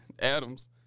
Adams